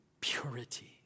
purity